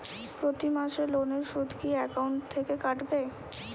প্রতি মাসে লোনের সুদ কি একাউন্ট থেকে কাটবে?